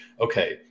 okay